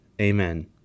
Amen